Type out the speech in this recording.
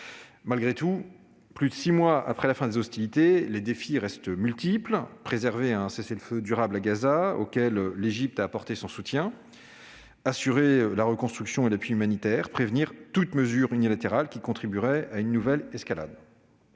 Malgré tout, plus de six mois après la fin des hostilités, les défis restent multiples : préserver un cessez-le-feu durable à Gaza, auquel l'Égypte a apporté son soutien, assurer la reconstruction et l'appui humanitaire, prévenir toute mesure unilatérale qui contribuerait à une nouvelle escalade.